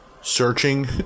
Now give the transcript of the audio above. searching